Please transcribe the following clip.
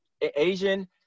Asian